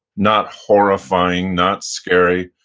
not horrifying, not scary,